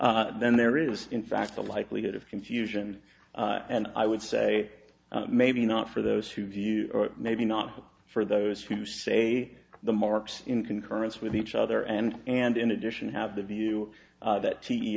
then there is in fact a likelihood of confusion and i would say maybe not for those who view or maybe not for those who say the marks in concurrence with each other and and in addition have the view that t